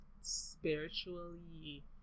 spiritually